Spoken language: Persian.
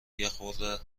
یخورده